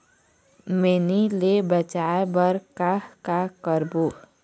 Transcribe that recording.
मैनी ले बचाए बर का का करबो?